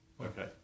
Okay